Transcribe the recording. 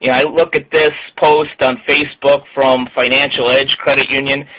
i look at this post on facebook from financial edge credit union,